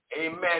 Amen